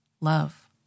love